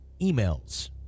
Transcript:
emails